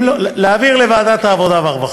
אם לא, להעביר לוועדת העבודה והרווחה,